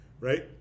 right